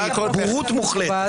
בורות מוחלטת.